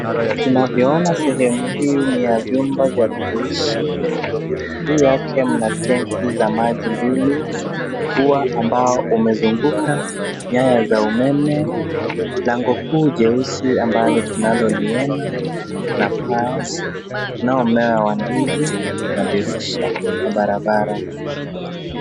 Tunavyoona sehemu hii ni ya vyumba vya kuishi juu yake mna tenki za maji mbili , ua ambao umezunguka nyaya za umeme , lango kuu jeusi ambalo tunaloliona na paa unaomea wa ndizi na dirisha na barabara.